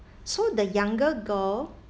so the younger girl